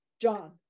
John